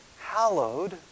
hallowed